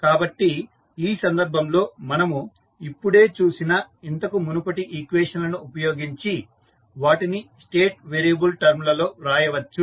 కాబట్టి ఈ సందర్భంలో మనము ఇప్పుడే చూసిన ఇంతకు మునుపటి ఈక్వేషన్లను ఉపయోగించి వాటిని స్టేట్ వేరియబుల్ టర్మ్ లలో వ్రాయవచ్చు